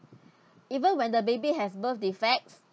even when the baby has birth defect